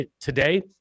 today